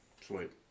Sweet